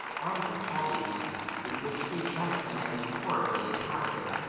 armed with holly-leaves, with which they jag the enemy horribly in passing.